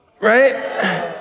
right